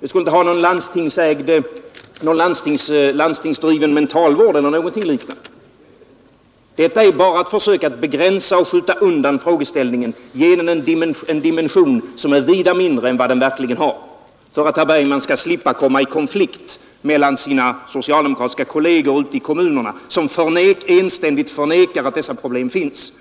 Vi skulle inte ha någon landstingsdriven mentalvård eller någonting liknande. Herr Bergman försöker bara begränsa och skjuta undan frågeställningen och ge den en dimension som är vida mindre än vad den verkligen har. Herr Bergman gör det för att slippa komma i konflikt med sina socialdemokratiska kolleger ute i kommunerna, som enständigt förnekar, att dessa problem finns,